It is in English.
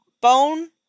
bone